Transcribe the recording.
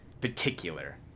particular